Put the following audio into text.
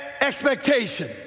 Expectation